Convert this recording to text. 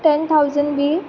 ten thousand B